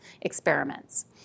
experiments